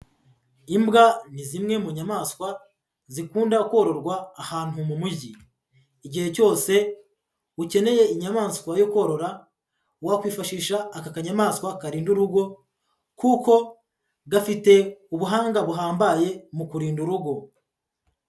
Imbwa ni zimwe mu nyamaswa zikunda kororwa ahantu mu mujyi, igihe cyose ukeneye inyamaswa yo korora wakwifashisha aka kanyamaswa karinda urugo kuko gafite ubuhanga buhambaye mu kurinda urugo.